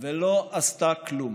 ולא עשתה כלום.